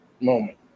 moment